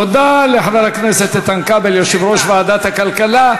תודה לחבר הכנסת איתן כבל, יושב-ראש ועדת הכלכלה.